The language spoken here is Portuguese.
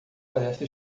parece